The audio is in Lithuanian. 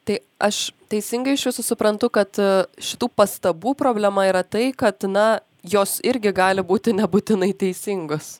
tai aš teisingai iš jūsų suprantu kad šitų pastabų problema yra tai kad na jos irgi gali būti nebūtinai teisingos